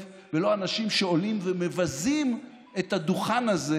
ולא אנשים שעולים ומבזים את הדוכן הזה